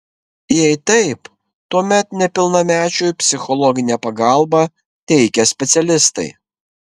jei taip tuomet nepilnamečiui psichologinę pagalbą teikia specialistai